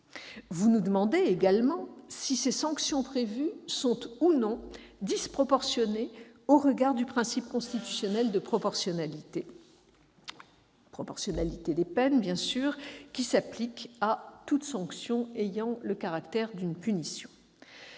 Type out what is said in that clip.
Vous nous demandez également si les sanctions prévues sont ou non disproportionnées au regard du principe constitutionnel de proportionnalité des peines, qui s'applique à toute sanction ayant le caractère d'une punition.